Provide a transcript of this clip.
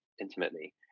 intimately